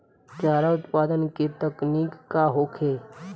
चारा उत्पादन के तकनीक का होखे?